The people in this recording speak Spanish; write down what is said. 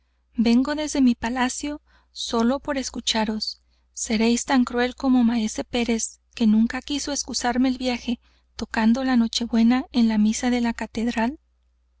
vengo desde mi palacio aquí sólo por escucharos seréis tan cruel como maese pérez que nunca quiso excusarme el viaje tocando la noche-buena en la misa de la catedral